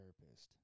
therapist